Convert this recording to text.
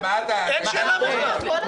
אין שאלה בכלל.